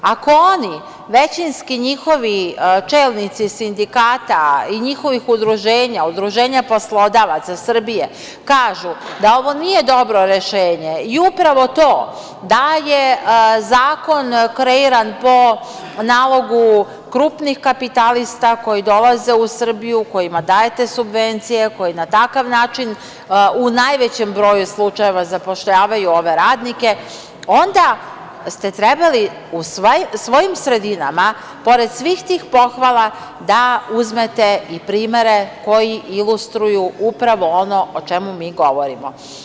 Ako oni, većinski njihovi čelnici sindikata i njihovih udruženja, Udruženja poslodavaca Srbije, kažu da ovo nije dobro rešenje i upravo to da je zakon kreiran po nalogu krupnih kapitalista koji dolaze u Srbiju, kojima dajete subvencije, koji na takav način u najvećem broju slučajeva zapošljavaju ove radnike, onda ste trebali u svojim sredinama, pored svih tih pohvala, da uzmete i primere koji ilustruju upravo ono o čemu mi govorimo.